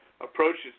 approaches